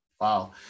Wow